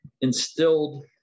instilled